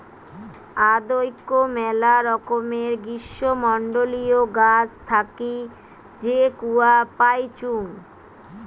আদৌক মেলা রকমের গ্রীষ্মমন্ডলীয় গাছ থাকি যে কূয়া পাইচুঙ